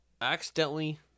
accidentally